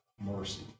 Mercy